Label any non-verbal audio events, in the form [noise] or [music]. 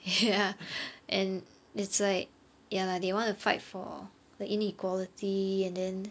[laughs] ya [noise] and it's like ya lah they want to fight for the inequality and then